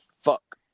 Fuck